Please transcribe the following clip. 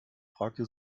fragte